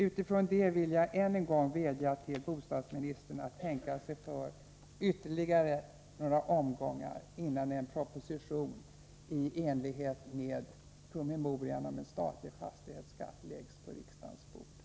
Utifrån detta vill jag än en gång vädja till bostadsministern att tänka sig för ytterligare, innan en proposition i enlighet med promemorian om en statlig fastighetsskatt läggs på riksdagens bord.